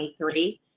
2023